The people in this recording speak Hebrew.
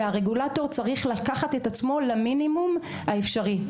והרגולטור צריך לקחת את עצמו למינימום האפשרי.